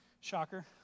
Shocker